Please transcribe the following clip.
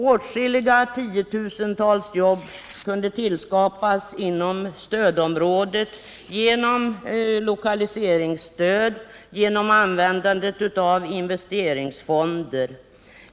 Åtskilliga tiotusentals jobb kunde tillskapas inom stödområdet genom lokaliseringsstöd och genom användandet av investeringsfonder.